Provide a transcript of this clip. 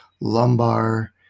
lumbar